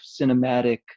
cinematic